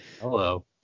Hello